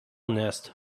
nest